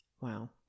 Wow